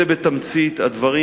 אלה בתמצית הדברים.